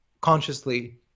consciously